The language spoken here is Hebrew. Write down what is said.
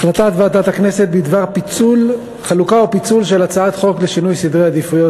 החלטת ועדת הכנסת בדבר חלוקה ופיצול של הצעת חוק לשינוי סדרי עדיפויות